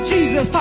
Jesus